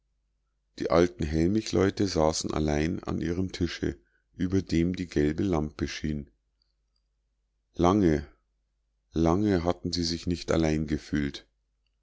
die alten hellmichleute saßen allein an ihrem tische über dem die gelbe lampe schien lange lange hatten sie sich nicht allein gefühlt